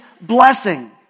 blessing